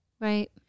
Right